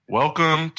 welcome